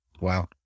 Wow